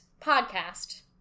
podcast